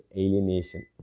alienation